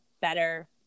better